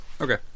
Okay